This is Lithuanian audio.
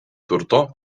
turto